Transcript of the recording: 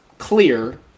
Clear